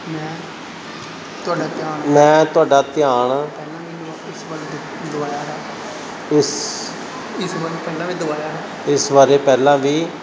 ਮੈ ਤੁਹਾਡਾ ਧਿਆਨ ਇਸ ਇਸ ਬਾਰੇ ਪਹਿਲਾਂ ਵੀ